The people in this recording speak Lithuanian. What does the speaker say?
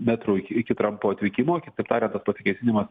metrų iki iki trampo atvykimo kitaip tariant tas pasikėsinimas